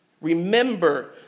remember